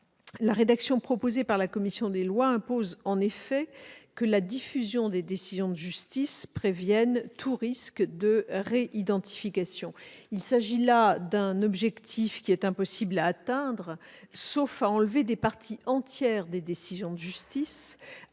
La rédaction proposée par la commission des lois impose que la diffusion des décisions de justice prévienne tout risque de réidentification. Il s'agit là d'un objectif impossible à atteindre, sauf à effacer des parties entières des décisions de justice